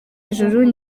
ijuru